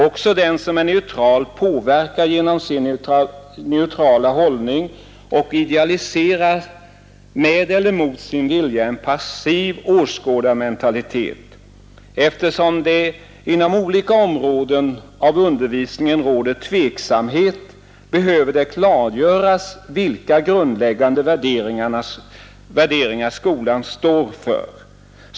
Också den som är neutral påverkar genom sin neutrala hållning och idealiserar med eller mot sin vilja en passiv åskådarmentalitet. Eftersom det inom olika områden av undervisningen råder tveksamhet, behöver det klargöras vilka grundläggande värderingar skolan står för.